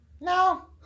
no